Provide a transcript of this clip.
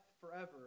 forever